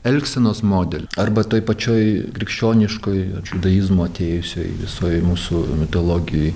elgsenos model arba toj pačioj krikščioniškojoj ač judaizmo atėjusioj visoj mūsų mitologijoj